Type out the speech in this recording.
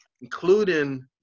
including